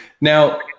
Now